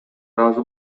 ыраазы